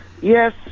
yes